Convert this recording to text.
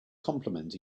compliment